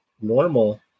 normal